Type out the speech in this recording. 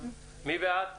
מי בעד?